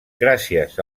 gràcies